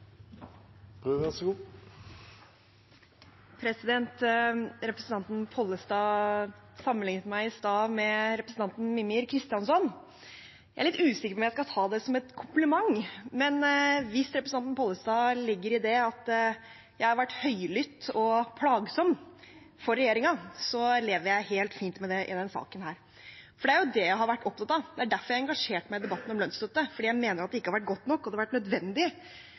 Representanten Pollestad sammenlignet meg i stad med representanten Mímir Kristjánsson. Jeg er litt usikker på om jeg skal ta det som et kompliment, men hvis representanten Pollestad i det legger at jeg har vært høylytt og plagsom for regjeringen, så lever jeg helt fint med det i denne saken. Det er jo det jeg har vært opptatt av, det er derfor jeg har engasjert meg i debatten om lønnsstøtte, fordi jeg mener at det ikke har vært godt nok, og at det har vært nødvendig